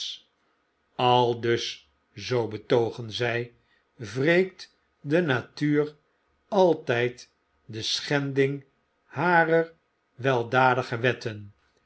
aldus zoo betoogen zy wreekt de natuur altyd de schending harer weldadige wetten